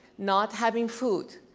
not having food,